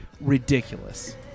ridiculous